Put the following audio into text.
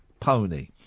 pony